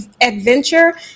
adventure